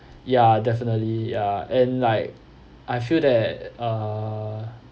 ya definitely ya and like I feel that err